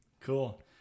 Cool